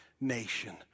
nation